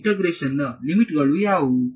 integration ನ limit ಗಳು ಯಾವುವು